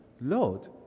Lord